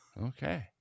Okay